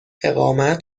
اقامت